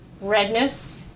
redness